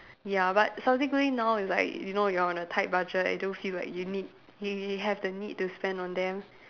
ya but subsequently now is like you know you are on a tight budget and don't feel like you need you you have the need to spend on them